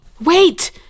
Wait